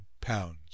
pounds